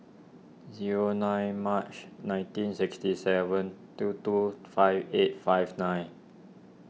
zero nine March nineteen sixty seven two two five eight five nine